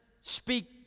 speak